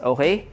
Okay